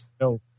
No